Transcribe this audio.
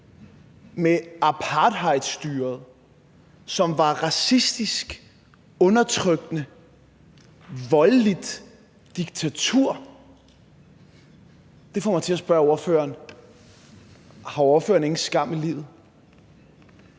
med apartheidstyret, som var et racistisk, undertrykkende, voldeligt diktatur, får det mig til at spørge ordføreren: Har ordføreren ingen skam i livet?